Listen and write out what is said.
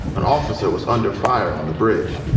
an officer was under fire on the bridge.